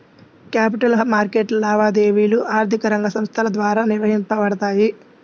capital మార్కెట్లపై లావాదేవీలు ఆర్థిక రంగ సంస్థల ద్వారా నిర్వహించబడతాయి